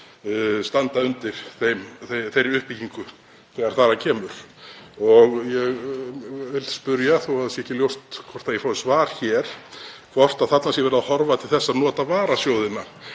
standa undir þeirri uppbyggingu þegar þar að kemur og ég vil spyrja, þó að ekki sé ljóst hvort ég fái svar hér, hvort þarna sé verið að horfa til þess að nota varasjóðina